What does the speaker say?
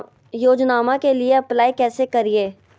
योजनामा के लिए अप्लाई कैसे करिए?